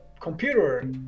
computer